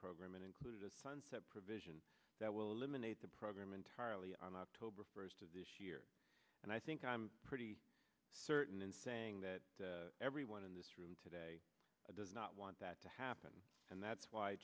program it included a sunset provision that will eliminate the program entirely on october first of this year and i think i'm pretty certain in saying that everyone in this room today does not want that to happen and that's why